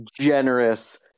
generous